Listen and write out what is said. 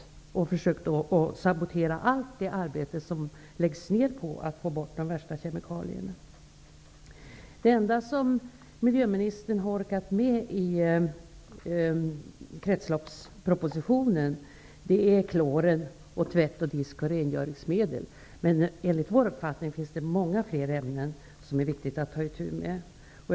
Man har försökt att sabotera allt det arbete som läggs ned för att få bort de värsta kemikalierna. Det enda som miljöministern har orkat med att ta upp i kretsloppspropositionen är klor, tvätt-, diskoch rengöringsmedel, men enligt vår uppfattning finns det många fler ämnen som det är viktigt att man tar itu med.